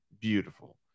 beautiful